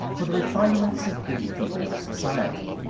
for the refinements of good female society.